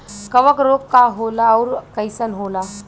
कवक रोग का होला अउर कईसन होला?